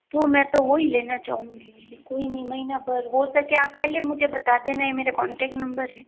तो मैं तो वो ही लेना चाहूँगी कोई नही महीना भर हो सके आप पहले मुझे बता देना ये मेरे कॉन्टैक्ट नंबर है